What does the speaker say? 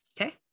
Okay